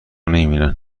نمیبینن